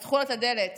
פתחו לה את הדלת